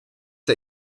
der